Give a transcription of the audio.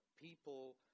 people